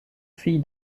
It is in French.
fille